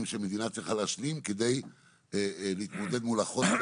שמדינה צריכה להשלים כדי להתמודד מול ---,